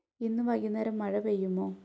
ഇന്ന് വൈകുന്നേരം മഴ പെയ്യുമോ